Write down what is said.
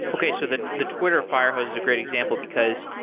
okay. so the the twitter firehose is a great example, because,